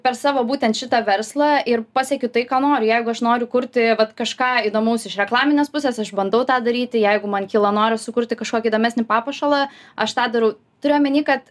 per savo būtent šitą verslą ir pasiekiu tai ką noriu jeigu aš noriu kurti vat kažką įdomaus iš reklaminės pusės aš bandau tą daryti jeigu man kyla noras sukurti kažkokį įdomesnį papuošalą aš tą darau turiu omeny kad